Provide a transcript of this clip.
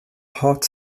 hot